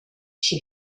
she